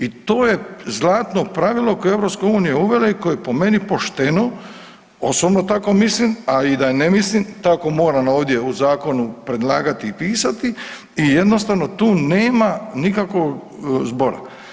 I to je zlatno pravilo koje je EU uvela i koje je po pošteno, osobno tako mislim, a i da ne mislim tako moram ovdje u zakonu predlagati i pisati i jednostavno tu nema nikakvog zbora.